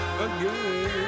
again